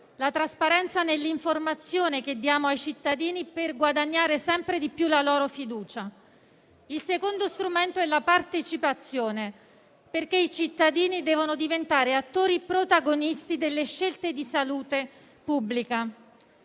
la trasparenza nell'informazione che diamo ai cittadini per guadagnare sempre di più la loro fiducia. Il secondo è la partecipazione, perché i cittadini devono diventare attori protagonisti delle scelte di salute pubblica.